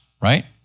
right